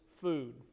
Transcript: Food